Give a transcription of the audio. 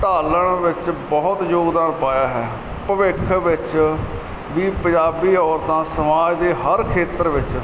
ਢਾਲਣ ਵਿੱਚ ਬਹੁਤ ਯੋਗਦਾਨ ਪਾਇਆ ਹੈ ਭਵਿੱਖ ਵਿੱਚ ਵੀ ਪੰਜਾਬੀ ਔਰਤਾਂ ਸਮਾਜ ਦੇ ਹਰ ਖੇਤਰ ਵਿੱਚ